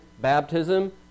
baptism